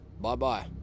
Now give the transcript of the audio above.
bye-bye